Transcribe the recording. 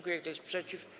Kto jest przeciw?